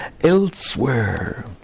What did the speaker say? Elsewhere